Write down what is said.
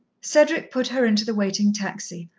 cedric put her into the waiting taxi,